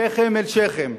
שכם אל שכם,